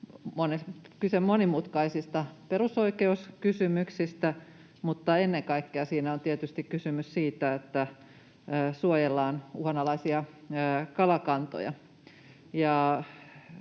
on kyse monimutkaisista perusoikeuskysymyksistä, mutta ennen kaikkea siinä on tietysti kysymys siitä, että suojellaan uhanalaisia kalakantoja.